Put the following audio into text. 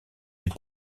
des